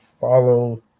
follow